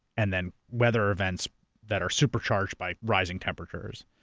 and then weather events that are super-charged by rising temperatures.